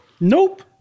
Nope